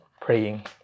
praying